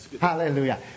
hallelujah